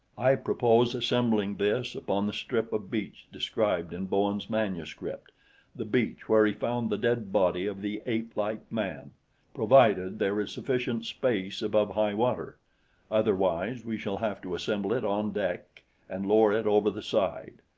i purpose assembling this upon the strip of beach described in bowen's manuscript the beach where he found the dead body of the apelike man provided there is sufficient space above high water otherwise we shall have to assemble it on deck and lower it over the side.